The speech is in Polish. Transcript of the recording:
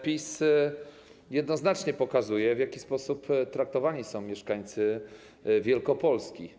PiS jednoznacznie pokazuje, w jaki sposób traktowani są mieszkańcy Wielkopolski.